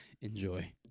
Enjoy